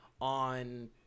on